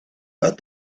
but